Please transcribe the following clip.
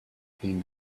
clean